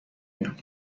میان